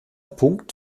punkt